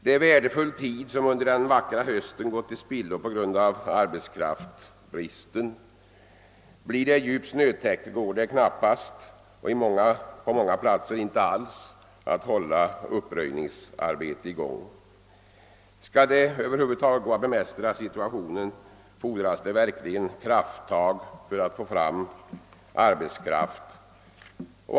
Det är värdefull tid som under den vackra hösten gått till spillo på grund av arbetskraftsbristen. Blir det djupt snötäcke går det knappast — på många platser inte alls — att hålla uppröjningsarbetet i gång. Skall man över huvud taget kunna bemästra situationen fordras det verkligen krafttag för att få fram arbetskraft.